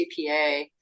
CPA